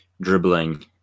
dribbling